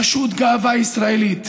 פשוט גאווה ישראלית.